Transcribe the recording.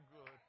good